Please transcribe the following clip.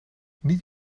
niet